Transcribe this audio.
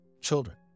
children